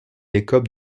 écope